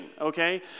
okay